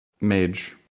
Mage